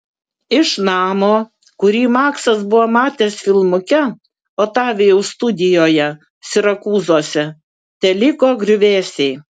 iš namo kurį maksas buvo matęs filmuke otavijaus studijoje sirakūzuose teliko griuvėsiai